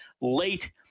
late